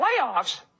Playoffs